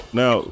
now